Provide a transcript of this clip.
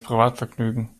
privatvergnügen